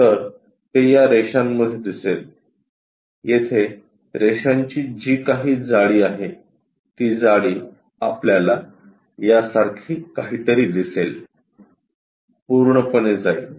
तर ते या रेषांमधे दिसेल येथे रेषांची जी काही जाडी आहे ती जाडी आपल्याला यासारखी काहीतरी दिसेल पूर्णपणे जाईल